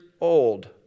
old